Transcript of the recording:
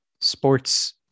sports